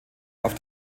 auf